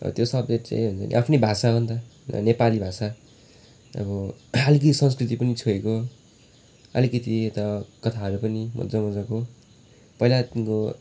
र त्यो सब्जेक्ट चाहिँ हुन्छ नि आफ्नै भाषा हो नि त नेपाली भाषा अब अलिकति संस्कृति पनि छोएको अलिकति यता कथाहरू पनि मजा मजाको पहिलाको